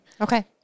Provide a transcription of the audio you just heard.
okay